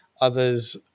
others